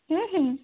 ହୁଁ ହୁଁ